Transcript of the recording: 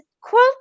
quote